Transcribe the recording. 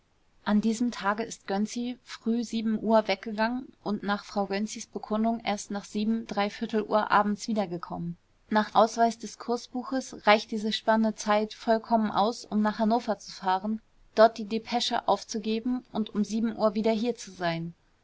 an diesem tage ist gönczi früh uhr weggegangen und nach frau gönczis bekundung erst nach uhr abends wiedergekommen nach ausweis des kursbuches reicht diese spanne zeit vollkommen aus um nach hannover zu fahren dort die depesche aufzugeben und um uhr wieder hier zu sein